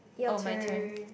your turn